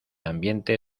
ambiente